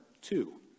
two